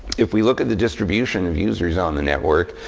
if we look at the distribution of users on the network,